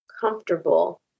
comfortable